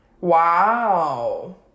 Wow